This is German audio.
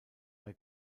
bei